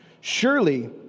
Surely